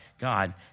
God